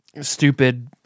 stupid